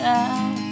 out